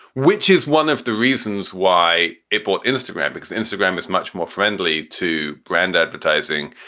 which is one of the reasons why it bought instagram, because instagram is much more friendly to brand advertising.